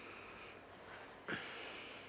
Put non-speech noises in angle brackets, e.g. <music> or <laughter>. <breath>